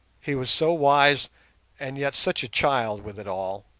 he was so wise and yet such a child with it all